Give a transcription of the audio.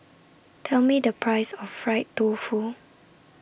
Tell Me The Price of Fried Tofu